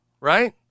right